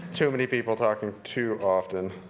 too many people talking too often.